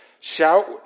Shout